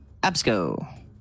Absco